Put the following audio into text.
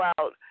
out